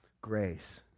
grace